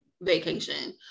vacation